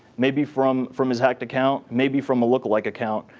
maybe from from his hacked account, maybe from a lookalike account,